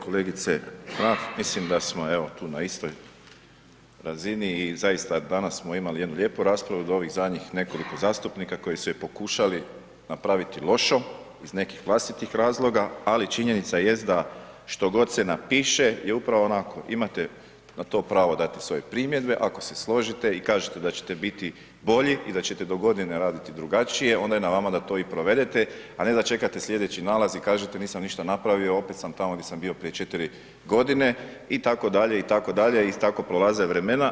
Kolegice Mrak, mislim da smo, evo, tu na istoj razini i zaista danas smo imali jednu lijepu raspravu od ovih zadnjih nekoliko zastupnika koji su je pokušali napraviti lošom iz nekih vlastitih razloga, ali činjenica jest da što god se napiše je upravo onako, imate na to pravo dati svoje primjedbe, ako se složite i kažete da ćete biti bolji i da ćete do godine raditi drugačije, onda je na vama da to i provedete, a ne da čekate slijedeći nalaz i kažete nisam ništa napravio, opet sam tamo gdje sam bio prije 4 godine itd., itd. i tako prolaze vremena.